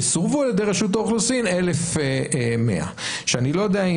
וסורבו על ידי רשות האוכלוסין 1,100. אני לא יודעת